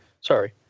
Sorry